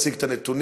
יציג את הנתונים,